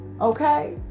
Okay